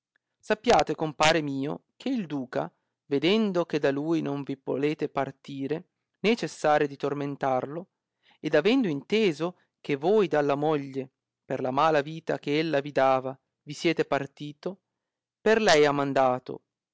sappiate compare mio che il duca vedendo che da lui non vi volete partire né cessare di tormentarlo ed avendo inteso che voi dalla moglie per la mala vita che ella vi dava vi siete partito per lei ha mandato